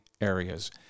areas